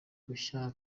gushya